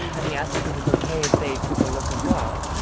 and he asked if it was okay if they took a look as well.